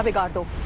and cargo.